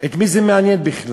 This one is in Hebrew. את מי זה מעניין בכלל?